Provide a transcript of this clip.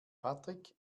patrick